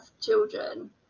children